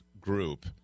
group